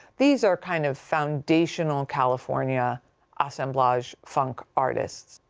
these are kind of foundational california assemblage funk artists.